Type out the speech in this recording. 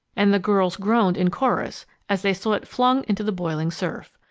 and the girls groaned in chorus as they saw it flung into the boiling surf.